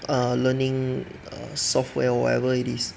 err learning err software or whatever it is